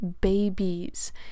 babies